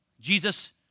Jesus